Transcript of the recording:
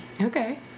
Okay